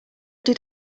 did